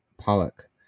pollock